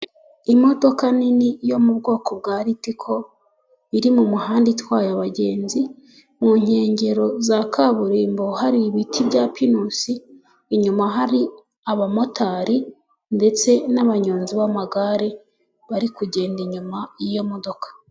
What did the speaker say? Imodoka nini yo mu bwoko bwa Ritiko iri mu muhanda itwaye abagenzi mu nkengero za kaburimbo, hari ibiti bya penusi inyuma hari abamotari ndetse n'abanyonzi b'amagare, bari kugenda inyuma y'iyo modoka.